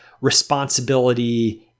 responsibility